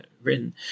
written